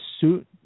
suit